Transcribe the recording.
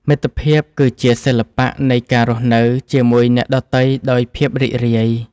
មិត្តភាពគឺជាសិល្បៈនៃការរស់នៅជាមួយអ្នកដទៃដោយភាពរីករាយ។